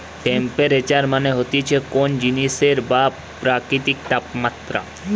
temperature মানে হতিছে কোন জিনিসের বা প্রকৃতির তাপমাত্রা